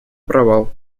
провал